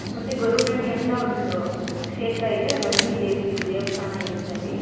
ಮತ್ತೆ ಗೊರುನಳ್ಳಿ ಅಂತ ಒಂದು ಕ್ಷೇತ್ರ ಇದೆ ಲಕ್ಷ್ಮೀ ದೇವಿದು ದೇವಸ್ಥಾನ ಇರುತ್ತೆ ಅಲ್ಲಿ